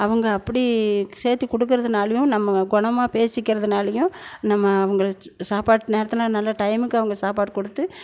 அவங்க அப்படி சேர்த்தி கொடுக்கறதுனாலியும் நம்ம குணமா பேசிக்கிறதுனாலியும் நம்ம அவங்கள சாப்பாட்டு நேரத்தில் நல்ல டைமுக்கு அவங்க சாப்பாடு கொடுத்து